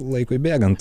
laikui bėgant